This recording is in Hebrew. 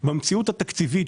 במציאות התקציבית,